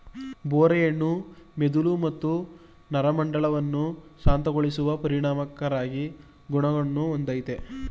ಬೋರೆ ಹಣ್ಣು ಮೆದುಳು ಮತ್ತು ನರಮಂಡಲವನ್ನು ಶಾಂತಗೊಳಿಸುವ ಪರಿಣಾಮಕಾರಿ ಗುಣವನ್ನು ಹೊಂದಯ್ತೆ